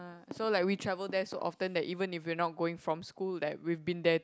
ah so like we travel there so often that even if we're not going from school that we've been there